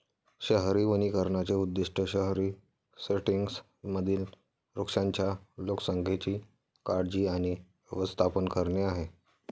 शहरी वनीकरणाचे उद्दीष्ट शहरी सेटिंग्जमधील वृक्षांच्या लोकसंख्येची काळजी आणि व्यवस्थापन करणे आहे